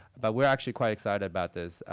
but we're actually quite excited about this.